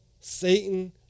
Satan